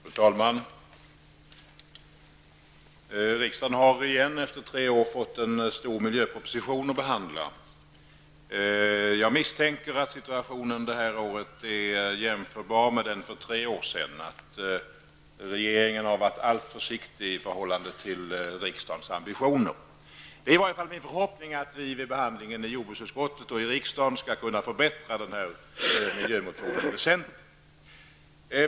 Fru talman! Riksdagen har åter efter tre år fått en stor miljöproposition att behandla. Jag misstänker att situationen det här året är jämförbar med den för tre år sedan och att regeringen har varit alltför försiktig i förhållande till riksdagens ambitioner. Det är min förhoppning att vi skall kunna förbättra den här miljöpropositionen väsentligt vid behandlingen i jordbruksutskottet och i riksdagen.